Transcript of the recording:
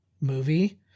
movie